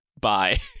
Bye